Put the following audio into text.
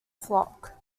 flock